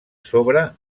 sobre